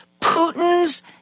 Putin's